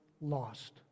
lost